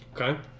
Okay